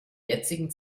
jetzigen